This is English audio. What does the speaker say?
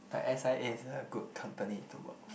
but s_i_ais a good company to work for